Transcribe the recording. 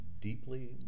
deeply